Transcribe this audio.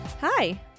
Hi